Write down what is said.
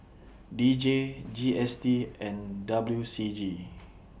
D J G S T and W C G